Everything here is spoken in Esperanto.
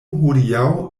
hodiaŭ